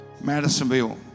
Madisonville